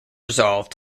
resolve